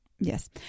Yes